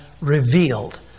revealed